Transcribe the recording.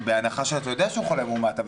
בהנחה שאתה יודע שהוא חולה מאומת,